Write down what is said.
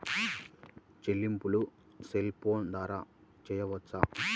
చెల్లింపులు cell phone ద్వారా చేయవచ్చా?